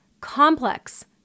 Complex